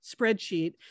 spreadsheet